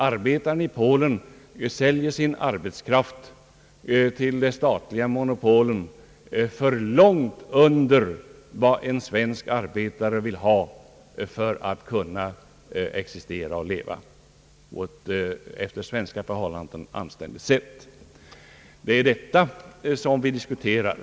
Arbetaren i Polen säljer sin arbetskraft till de statliga monopolen för långt under vad en svensk arbetare vill ha för att kunna existera på ett för svenska förhållanden anständigt sätt. Det är detta vi diskuterar.